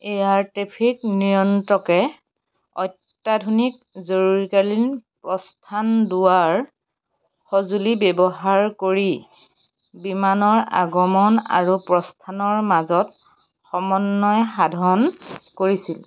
air traffic নিয়ন্ত্ৰকে অত্যাধুনিক জৰুৰীকালীন প্ৰস্থান দুৱাৰ সঁজুলি ব্যৱহাৰ কৰি বিমানৰ আগমন আৰু প্ৰস্থানৰ মাজত সমন্বয় সাধন কৰিছিল